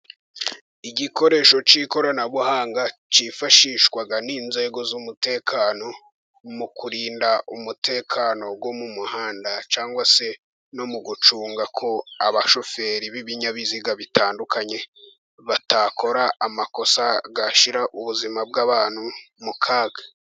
Igikoresho cy'ikoranabuhanga cyifashishwa n'inzego z'umutekano, mu kurinda umutekano wo mu muhanda, cyangwa se no mu gucunga ko abashoferi b'ibinyabiziga bitandukanye, batakora amakosa yashyira ubuzima bw'abantu mu kaga.